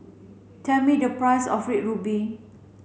tell me the price of red ruby